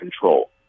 control